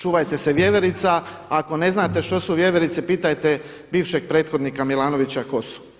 Čuvajte se vjeverica a ako ne znate što su vjeverice pitajte bivšeg prethodnika Milanovića tko su.